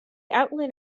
outline